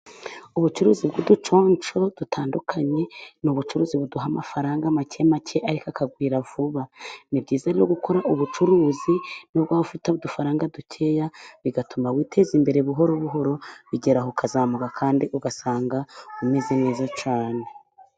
Ubucuruzi bw'uduconsho dutandukanye, ni ubucuruzi buduha amafaranga make make ariko akagwira vuba. Ni byiza rero gukora ubucuruzi nubwo waba ufite udufaranga dukeya, bigatuma witeze imbere, buhoro buhoro bigeraho ukazamuka kandi ugasanga umeze neza cyane.